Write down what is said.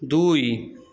দুই